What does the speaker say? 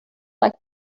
like